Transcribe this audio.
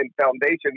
foundation –